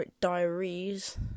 diaries